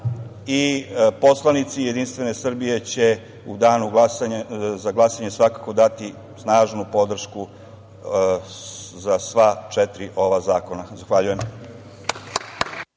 i poslanici JS će u danu za glasanje svakako dati snažnu podršku za sva četiri ova zakona. Zahvaljujem.